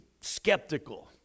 skeptical